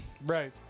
Right